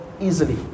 easily